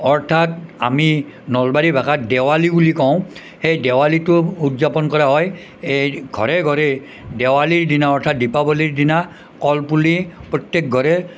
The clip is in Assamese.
অৰ্থাৎ আমি নলবাৰী ভাষাত দেৱালী বুলি কওঁ সেই দেৱালীটো উদযাপন কৰা হয় এই ঘৰে ঘৰে দেৱালীৰ দিনা অৰ্থাৎ দীপাৱলীৰ দিনা কলপুলি প্ৰত্যেক ঘৰে